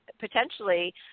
potentially